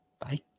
Bye